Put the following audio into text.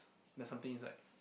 there's something inside